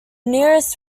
nearest